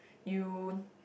you